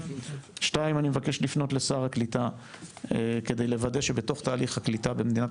דבר שני אני מבקש לפנות לשר הקליטה כדי לוודא שבתוך תהליך הקליטה במדינת